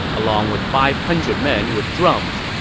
along with five hundred men with drums.